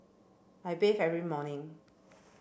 I bathe every morning